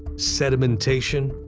sedimentation,